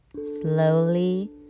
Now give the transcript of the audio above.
Slowly